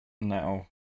now